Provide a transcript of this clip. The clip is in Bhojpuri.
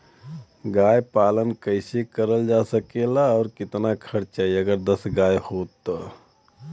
गाय पालन कइसे करल जा सकेला और कितना खर्च आई अगर दस गाय हो त?